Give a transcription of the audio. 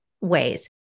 ways